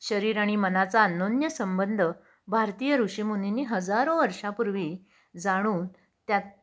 शरीर आणि मनाचा अनन्यसंबंध भारतीय ऋषिमुनींनी हजारो वर्षापूर्वी जाणून त्यात